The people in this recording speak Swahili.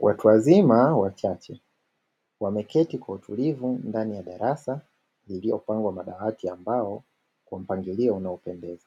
Watu wazima wachache wameketi kwa utulivu ndani ya darasa, iliyopangwa kwa madawati ya mbao kwa mpangilio unaopendeza